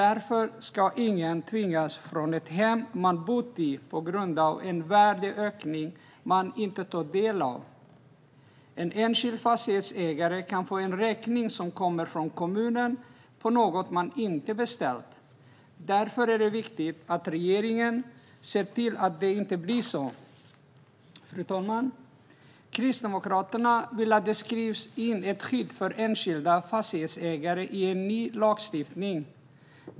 Ingen ska tvingas från ett hem man bott i på grund av en värdeökning man inte tar del av. En enskild fastighetsägare kan få en räkning som kommer från kommunen på något man inte beställt. Det är viktigt att regeringen ser till att det inte blir så. Fru talman! Kristdemokraterna vill att det skrivs in ett skydd för enskilda fastighetsägare i en ny lagstiftning.